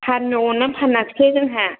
फान्नो अननानै फानाखसै जोंहा